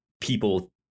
people